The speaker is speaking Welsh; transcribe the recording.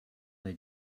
wnei